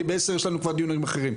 כי בעשר יש לנו כבר דיונים אחרים.